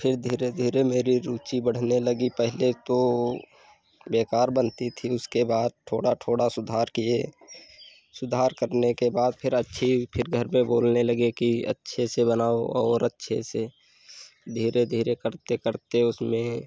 फिर धीरे धीरे मेरी रुचि बढ़ने लगी पहले तो बेकार बनती थी उसके बाद थोड़ा थोड़ा सुधार किए सुधार करने के बाद फिर अच्छी फिर घर में बोलने लगे कि अच्छे से बनाओ और अच्छे से धीरे धीरे करते करते उसमें